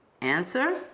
Answer